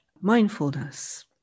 mindfulness